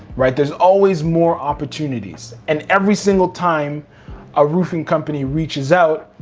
right? there's always more opportunities. and every single time a roofing company reaches out,